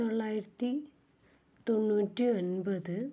തൊള്ളായിരത്തി തൊണ്ണൂറ്റി ഒൻപത്